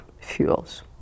fuels